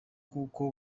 kuko